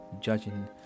judging